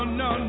no